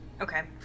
Okay